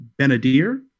Benadir